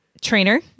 trainer